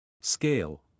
Scale